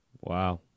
Wow